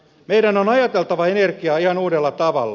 meidän on ajateltava energiaa ihan uudella tavalla